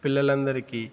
పిల్లలందరికీ